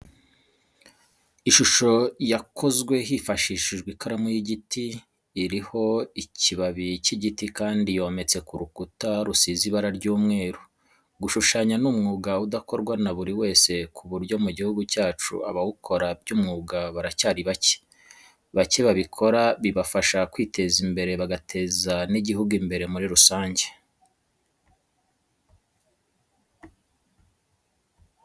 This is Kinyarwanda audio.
Ishusho yakozwe hifashishijwe ikaramu y'igiti, iriho ikibabi cy'igiti kandi yometse ku rukuta rusize ibara ry'umweru. Gushushanya ni umwuga udakorwa na buri wese ku buryo mu gihugu cyacu abawukora by'umwuga baracyari bake. Bake babikora bibafasha kwiteza imbere bagateza n'igihugu imbere muri rusange.